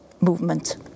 movement